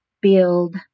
build